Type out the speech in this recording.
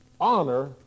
Honor